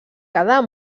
quedar